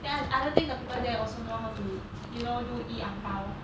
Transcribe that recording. then and other thing the people there also know how to you know do E hong bao